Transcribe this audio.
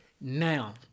Now